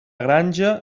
granja